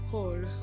Paul